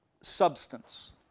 substance